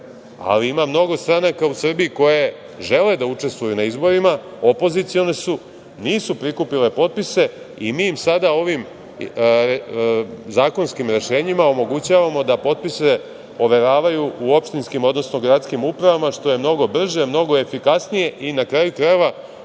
ali ima mnogo stranaka u Srbiji koje žele da učestvuju na izborima, opozicione su, nisu prikupile potpise i mi im sada ovim zakonskim rešenjima omogućavamo da potpise overavaju u opštinskim, odnosno u gradskim upravama, što je mnogo brže, mnogo efikasnije i na kraju krajeva